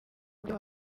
mubyo